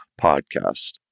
podcast